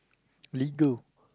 legal